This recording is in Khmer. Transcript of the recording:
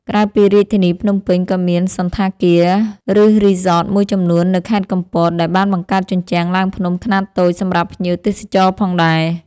ក្រៅពីរាជធានីភ្នំពេញ ក៏មានសណ្ឋាគារ ឬរីសតមួយចំនួននៅខេត្តកំពត ដែលបានបង្កើតជញ្ជាំងឡើងភ្នំខ្នាតតូចសម្រាប់ភ្ញៀវទេសចរផងដែរ។